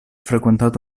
frequentato